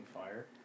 fire